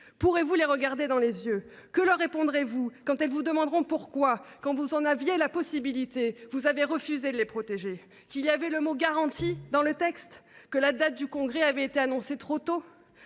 Pourrez vous les regarder dans les yeux ? Que leur répondrez vous quand elles vous demanderont pourquoi, quand vous en aviez la possibilité, vous avez refusé de les protéger ? Leur direz vous que ce texte contenait le terme « garantie »? Que la date du Congrès avait été annoncée trop tôt ?